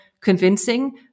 convincing